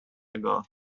ago